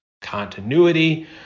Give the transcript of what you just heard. continuity